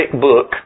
book